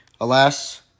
alas